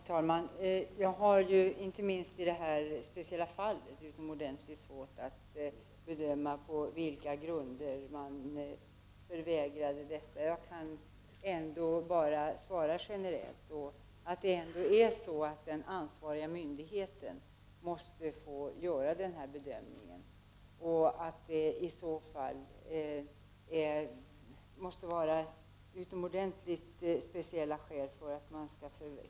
Herr talman! Jag har inte minst i detta speciella fall utomordentligt svårt att bedöma på vilka grunder man förvägrade samtal. Jag kan bara svara generellt. Den ansvariga myndigheten måste få göra denna bedömning. I så fall måste det vara utomordentligt speciella skäl för att vägra.